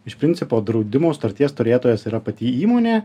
iš principo draudimo sutarties turėtojas yra pati įmonė